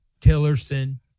Tillerson